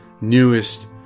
newest